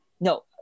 No